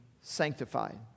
sanctified